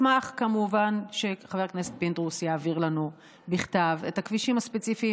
אני אשמח כמובן שחבר הכנסת פינדרוס יעביר לנו בכתב את הכבישים הספציפיים